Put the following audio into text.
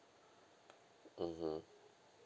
mmhmm